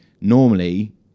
normally